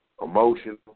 emotional